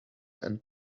and